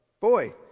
Boy